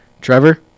Trevor